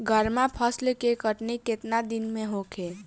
गर्मा फसल के कटनी केतना दिन में होखे?